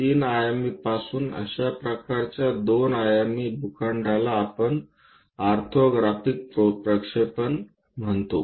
3 आयामी पासून अशा प्रकारचे 2 आयामी भूखंडाला आपण ऑर्थोग्राफिक प्रक्षेपण म्हणतो